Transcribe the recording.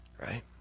right